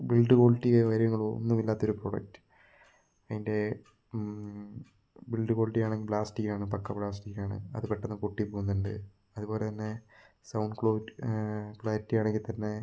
build ക്വാളിറ്റിയോ കാര്യങ്ങളോ ഒന്നുമില്ലാത്തൊരു പ്രോഡക്റ്റ് അതിൻ്റെ ബിൽഡ് ക്വാളിറ്റി ആണെങ്കിൽ ബ്ലാസ്റ് ചെയ്കയാണ് പക്കാ ബ്ലാസ്റ്റിംഗാണ് അതു പെട്ടന്ന് പൊട്ടി പോകുന്നുണ്ട് അതുപോലെതന്നെ സൗണ്ട് ക്ലോക് ക്ലാരിറ്റി ആണെങ്കിൽ തന്നെ